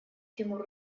тимур